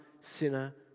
sinner